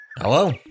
Hello